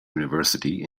university